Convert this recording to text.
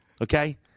Okay